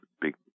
big